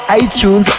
iTunes